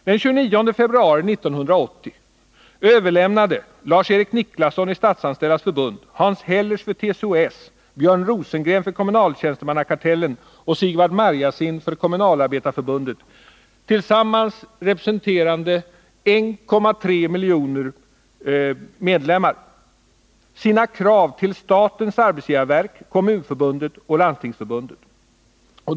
Den 29 februari 1980 överlämnade Lars Erik Nicklasson för Statsanställdas förbund, Hans Hellers för TCO-S, Björn Rosengren för Kommunaltjänstemannakartellen och Sigvard Marjasin för Kommunalarbetareförbundet — tillsammans representerande 1,3 miljoner medlemmar — sina krav till statens arbetsgivarverk, Kommunförbundet och Landstingsförbundet.